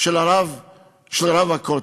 של רב הכותל.